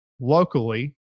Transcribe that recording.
locally